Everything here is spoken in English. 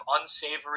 unsavory